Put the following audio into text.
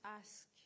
ask